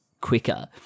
quicker